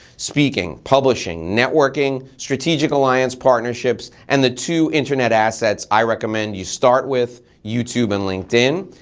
speaking, publishing, networking, strategic alliance partnerships and the two internet assets i recommend you start with, youtube and linkedin,